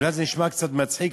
אולי זה נשמע קצת מצחיק,